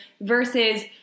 versus